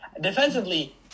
Defensively